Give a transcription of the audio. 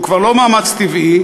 שהוא כבר לא מאמץ טבעי,